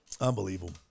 Unbelievable